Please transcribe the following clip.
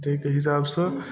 ताहिके हिसाबसँ